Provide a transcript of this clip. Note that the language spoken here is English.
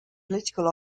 political